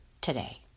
today